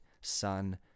son